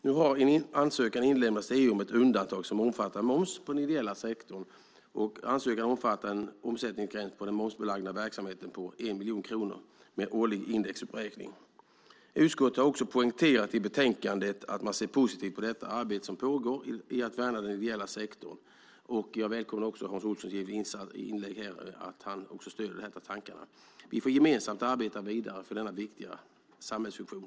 Nu har ansökan inlämnats till EU om ett undantag som omfattar moms på den ideella sektorn. Ansökan omfattar en omsättningsgräns på den momsbelagda verksamheten på 1 miljon kronor med årlig indexuppräkning. Utskottet har också poängterat i betänkandet att man ser positivt på det arbete som pågår med att värna den ideella sektorn. Jag välkomnar att också Hans Olsson stöder dessa tankar. Vi får gemensamt arbeta vidare för denna viktiga samhällsfunktion.